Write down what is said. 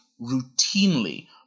routinely